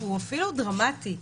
הוא אפילו דרמטי,